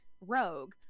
rogue